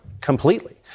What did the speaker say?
completely